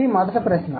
అది మొదటి ప్రశ్న